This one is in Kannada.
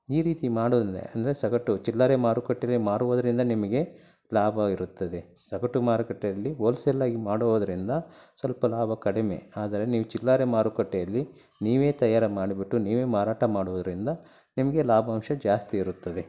ಈ ರೀತಿ ಮಾಡುವ್ದು ಅಂದರೆ ಸಗಟು ಚಿಲ್ಲರೆ ಮಾರುಕಟ್ಟೆಲೆ ಮಾರುವುದ್ರಿಂದ ನಿಮಗೆ ಲಾಭ ಇರುತ್ತದೆ ಸಗಟು ಮಾರುಕಟ್ಟೆಯಲ್ಲಿ ಹೋಲ್ಸೇಲಾಗಿ ಮಾಡುವುದ್ರಿಂದ ಸ್ವಲ್ಪ ಲಾಭ ಕಡಿಮೆ ಆದರೆ ನೀವು ಚಿಲ್ಲರೆ ಮಾರುಕಟ್ಟೆಯಲ್ಲಿ ನೀವೇ ತಯಾರು ಮಾಡಿಬಿಟ್ಟು ನೀವೇ ಮಾರಾಟ ಮಾಡುವುದರಿಂದ ನಿಮಗೆ ಲಾಭಾಂಶ ಜಾಸ್ತಿ ಇರುತ್ತದೆ